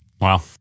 Wow